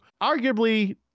arguably